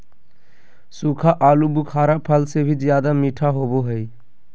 सूखा आलूबुखारा फल से भी ज्यादा मीठा होबो हइ